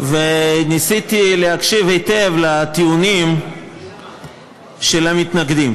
ניסיתי להקשיב היטב לטיעונים של המתנגדים,